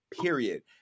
period